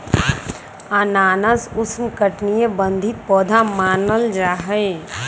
अनानास उष्णकटिबंधीय पौधा मानल जाहई